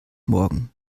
morgen